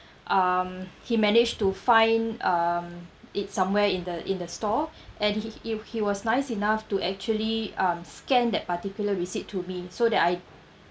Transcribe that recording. um he managed to find um it somewhere in the in the store and he he i~ he was nice enough to actually um scan that particular receipt to me so that I